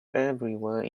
everywhere